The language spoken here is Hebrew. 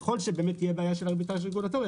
ככל שתהיה בעיה של ארביטראז' רגולטורי,